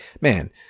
man